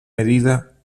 medida